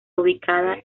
ubicada